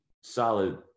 solid